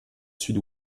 sud